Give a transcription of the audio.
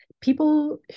people